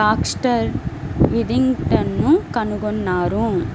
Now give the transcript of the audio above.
Baxter Withington కనుగొన్నారు